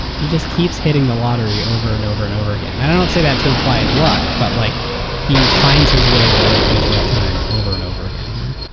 he just keeps hitting the lottery over and over and over. i don't don't say that to imply luck, but like he finds his way to the right place, right time over and over again here.